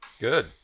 Good